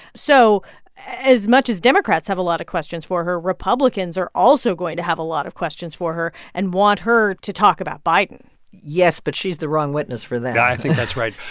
so as much as democrats have a lot of questions for her, republicans are also going to have a lot of questions for her and want her to talk about biden yes, but she's the wrong witness for that i think that's right.